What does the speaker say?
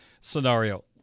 scenario